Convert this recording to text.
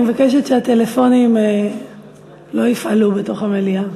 אני מבקשת שהטלפונים לא יפעלו בתוך המליאה.